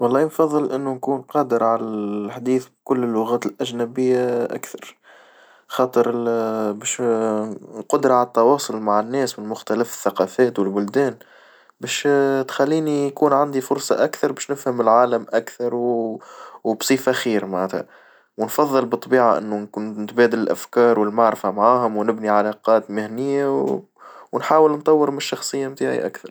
والله بفظل إنه نكون قادر على الحديث بكل اللغات الأجنبية أكثر، خاطر ال باش القدرة على التواصل مع الناس من مختلف الثقافات والبلدان، باش تخليني كون عندي فرصة أكثر باش نفهم العالم أكثر وبصفة خير معناتها، ونفظل بالطبيعة إنه نكون نتبادل الأفكار والمعرفة معاهم ونبني علاقات مهنية ونحاول نطور من الشخصية متاعي أكثر.